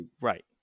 Right